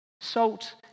Salt